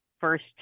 first